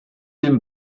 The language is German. dem